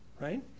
right